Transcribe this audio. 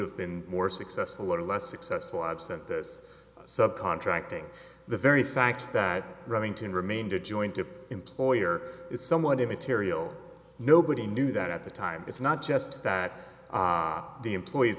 have been more successful or less successful absent this sub contracting the very fact that remington remained a joint to employer is somewhat immaterial nobody knew that at the time it's not just that the employees